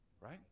right